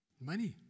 Money